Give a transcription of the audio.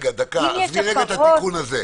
עזבי לרגע את התיקון הזה,